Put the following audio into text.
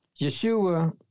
Yeshua